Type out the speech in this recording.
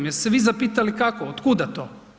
Jeste se vi zapitali kako, od kuda to?